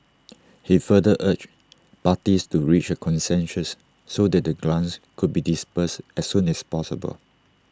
he further urged parties to reach A consensus so that the grants could be disbursed as soon as possible